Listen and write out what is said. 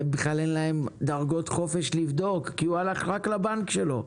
ובכלל אין להן דרגות חופש לבדוק כי הוא הלך רק לבנק שלו.